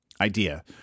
Idea